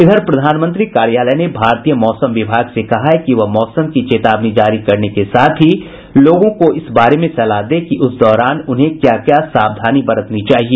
इधर प्रधानमंत्री कार्यालय ने भारतीय मौसम विभाग से कहा है कि वह मौसम की चेतावनी जारी करने के साथ ही लोगों को इस बारे में सलाह दे की उस दौरान उन्हें क्या क्या सावधानी बरतनी चाहिए